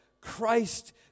Christ